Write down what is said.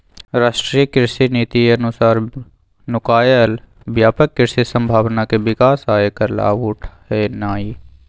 राष्ट्रीय कृषि नीति अनुसार नुकायल व्यापक कृषि संभावना के विकास आ ऐकर लाभ उठेनाई